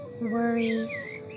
worries